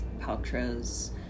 Paltrow's